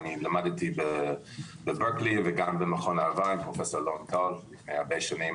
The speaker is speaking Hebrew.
למדתי בברקלי ובמכון -- עם פרופסור אלון טל הרבה שנים.